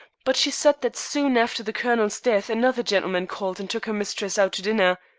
but she said that soon after the colonel's death another gentleman called and took her mistress out to dinner.